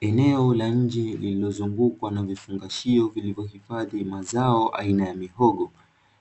Eneo la nje lililozungukwa na vifungashio vilivyohifadhi mazao aina ya mihogo,